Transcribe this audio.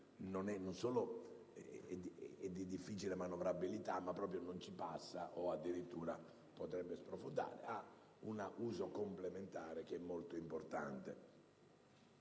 solo è di difficile manovrabilità, ma proprio non ci passa, o addirittura potrebbe sprofondare; ha però un uso complementare che è molto importante.